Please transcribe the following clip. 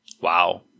Wow